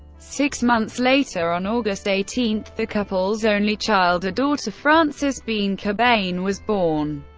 six months later, on august eighteen, the couple's only child, a daughter, frances bean cobain, was born.